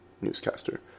Newscaster